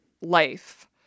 life